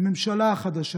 הממשלה החדשה,